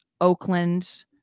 Oakland